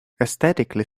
aesthetically